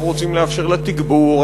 אנחנו רוצים לאפשר לה תגבור,